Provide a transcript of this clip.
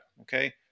Okay